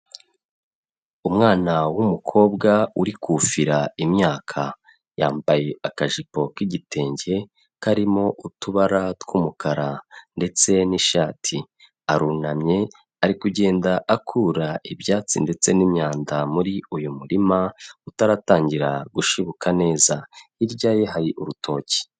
Umwana w'umukobwa uri kufira imyaka, yambaye akajipo k'igitenge karimo utubara tw'umukara ndetse n'ishati, arunamye ari kugenda akura ibyatsi ndetse n'imyanda muri uyu murima utaratangira gushibuka neza, hirya ye hari urutoki.